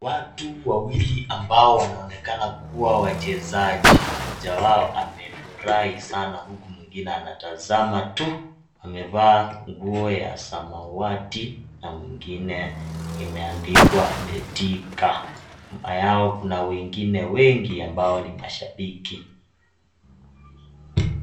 Watu wawili ambao wanaonekana kuwa wachezaji ,mmoja wao amefurahi sana huku mwingine anatazama tu amevaa nguo ya samawati na mwingine imeandikwa Betika nyuma yao kuna wengine wengi ambao ni mashabiki.